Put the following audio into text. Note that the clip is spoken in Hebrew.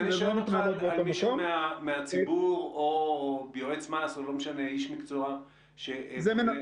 אני שואל על מישהו מהציבור או יועץ מס או איש מקצוע שפונה.